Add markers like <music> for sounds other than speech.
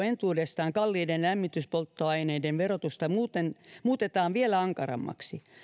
<unintelligible> entuudestaan kalliiden lämmityspolttoaineiden verotusta muutetaan vielä ankarammaksi